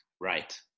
Right